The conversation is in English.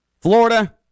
Florida